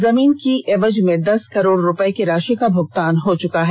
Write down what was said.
जमीन की एवज में दस करोड़ रूपये की राषि का भुगतान हो चुका है